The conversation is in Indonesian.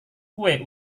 kue